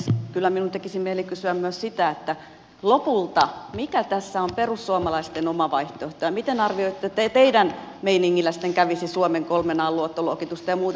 kyllä minun tekisi mieli kysyä myös sitä mikä tässä on lopulta perussuomalaisten oma vaihtoehto ja miten arvioitte että teidän meiningillä sitten kävisi suomen kolmen an luottoluokitusten ja muuten